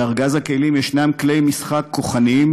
בארגז הכלים ישנם כלי משחק כוחניים,